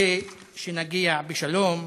כדי שנגיע בשלום